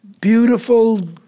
beautiful